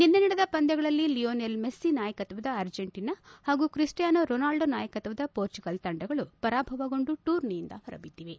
ನಿನ್ನೆ ನಡೆದ ಪಂದ್ವಗಳಲ್ಲಿ ಲಿಯೊನೆಲ್ ಮೆಸ್ಲಿ ನಾಯಕತ್ವದ ಅರ್ಜೆಂಟನಾ ಹಾಗೂ ಕ್ರಿಸ್ಟಿಯಾನೊ ರೊನಾಲ್ಡೊ ನಾಯಕತ್ವದ ಮೋರ್ಚುಗಲ್ ತಂಡಗಳು ಪರಾಭವಗೊಂಡು ಟೂರ್ನಿಯಿಂದ ಹೊರಬಿದ್ದಿವೆ